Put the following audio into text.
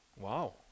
wow